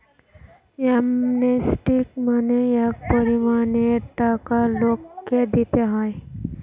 amnesty মানে এক পরিমানের টাকা লোককে দিতে হয়